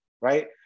right